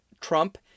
Trump